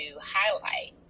highlight